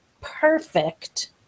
perfect